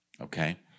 Okay